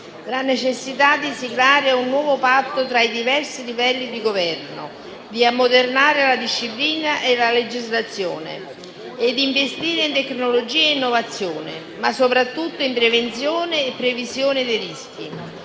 la necessità di siglare un nuovo patto tra i diversi livelli di governo, di ammodernare la disciplina e la legislazione e di investire in tecnologia e innovazione, ma soprattutto in prevenzione e previsione dei rischi,